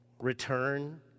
return